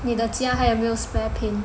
你的家还有没有 spare paint